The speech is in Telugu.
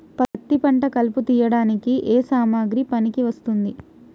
పత్తి పంట కలుపు తీయడానికి ఏ సామాగ్రి పనికి వస్తుంది?